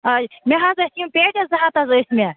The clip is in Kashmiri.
اَچھا مےٚ حظ ٲسۍ یِم پیٹٮ۪س زٕ ہَتھ حظ ٲسۍ مےٚ